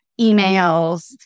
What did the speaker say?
emails